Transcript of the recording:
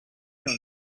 your